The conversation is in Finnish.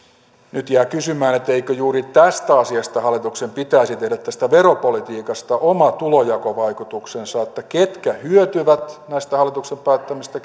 nyt jää kysymään eikö juuri tästä asiasta hallituksen pitäisi tehdä tästä veropolitiikasta oma tulonjakovaikutusarvionsa ketkä hyötyvät näistä hallituksen päättämistä